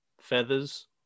Feathers